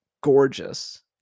gorgeous